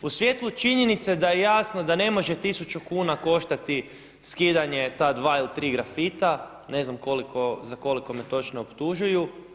U svjetlu činjenice da je jasno da ne možete tisuću kuna koštati skidanje ta dva ili tri grafita, ne znam za koliko me točno optužuju.